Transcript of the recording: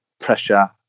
pressure